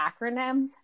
acronyms